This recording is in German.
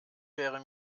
wäre